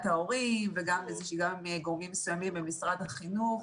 ההורים וגם עם גורמים מסוימים במשרד החינוך,